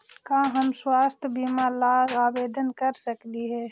का हम स्वास्थ्य बीमा ला आवेदन कर सकली हे?